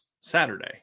Saturday